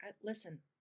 Listen